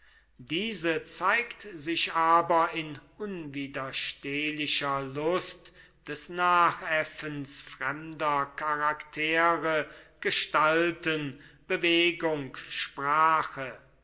diese zeigt sich aber in unwiderstehlicher lust des nachäffens fremder charaktere gestalten bewegung sprache